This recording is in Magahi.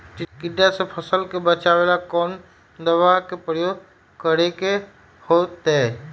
टिड्डा से फसल के बचावेला कौन दावा के प्रयोग करके होतै?